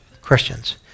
Christians